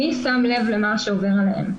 מי שם לב למה שעובר עליהם,